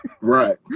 Right